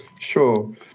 Sure